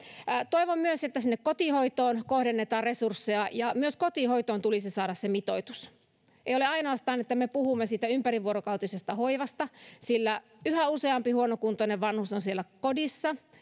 toivon myös että sinne kotihoitoon kohdennetaan resursseja ja myös kotihoitoon tulisi saada se mitoitus ei ainoastaan että me puhumme siitä ympärivuorokautisesta hoivasta sillä yhä useampi huonokuntoinen vanhus on siellä kodissa